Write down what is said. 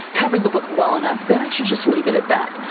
covered the book well enough that i should just leave it at that?